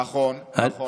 נכון, נכון.